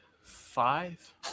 five